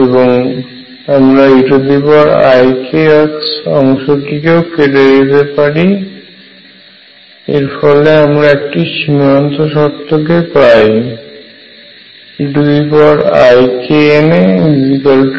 এবং আমরা eikx অংশটিকেও কেটে দিতে পারি এবং এর ফলে আমরা একটি সীমান্ত শর্ত কে পাই eikNa1